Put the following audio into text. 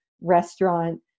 restaurant